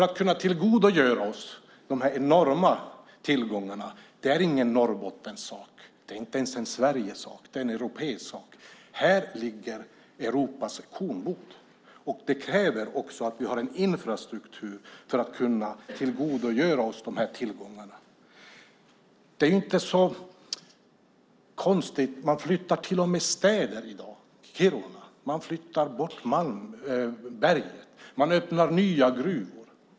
Att kunna tillgodogöra sig dessa enorma tillgångar är inte en Norrbottenssak, inte ens en Sverigesak, utan det är en europeisk sak. Här ligger Europas kornbod, och det krävs att vi har en infrastruktur för att kunna tillgodogöra oss dessa tillgångar. Det är inte så konstigt - man flyttar till och med städer i dag. Man flyttar Kiruna, och man flyttar Malmberget. Man öppnar nya gruvor.